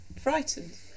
frightened